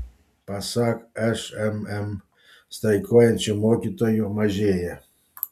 pasak šmm streikuojančių mokytojų mažėja